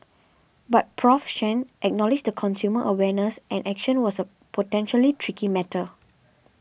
but Professor Chen acknowledged consumer awareness and action was a potentially tricky matter